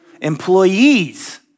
Employees